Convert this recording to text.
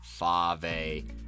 fave